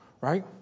right